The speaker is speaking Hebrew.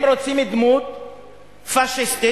הם רוצים דמות פאשיסטית,